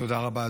תודה רבה.